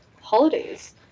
holidays